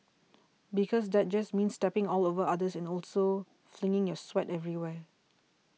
because that just means stepping all over others and also flinging your sweat everywhere